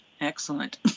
Excellent